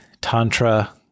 tantra